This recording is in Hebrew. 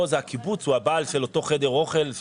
פה הקיבוץ הוא הבעל של אותו חדר אוכל,